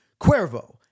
Cuervo